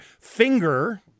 finger